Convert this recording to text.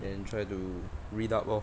then try to read up orh